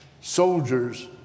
soldiers